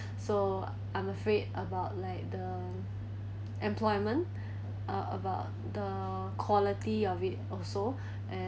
so I'm afraid about like the employment uh about the quality of it also and